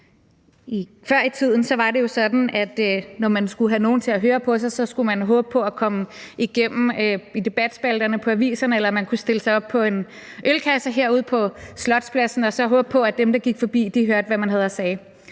Før i tiden var det jo sådan, at man, når man skulle have nogen til at høre på sig, så skulle håbe på at komme igennem i debatspalterne i aviserne, eller man kunne stille sig op på en ølkasse herude på Slotspladsen og så håbe på, at dem, der gik forbi, hørte, hvad man havde at sige.